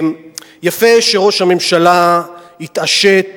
יפה שראש הממשלה התעשת